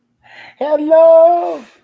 Hello